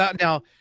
now